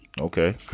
Okay